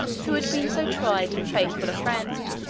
who had been so tried and faithful a friend,